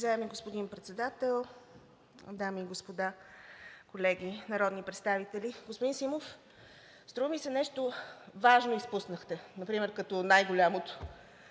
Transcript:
Уважаеми господин Председател, дами и господа, колеги народни представители! Господин Симов, струва ми се нещо важно изпуснахте, например като най-голямото,